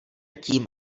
tím